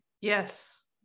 yes